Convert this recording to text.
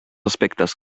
aspectes